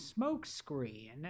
smokescreen